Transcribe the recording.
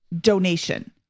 donation